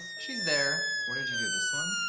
she's there. what did you do? this one?